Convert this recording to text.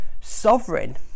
sovereign